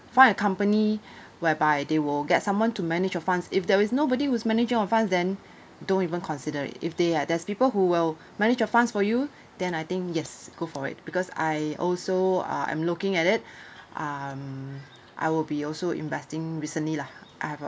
find a company whereby they will get someone to manage your funds if there is nobody who is managing your funds then don't even consider it if they had there's people who will manage your funds for you then I think yes go for it because I also uh I'm looking at it um I will be also investing recently lah I have a